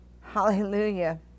hallelujah